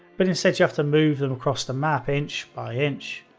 but instead you have to move them across the map inch by inch.